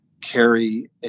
carry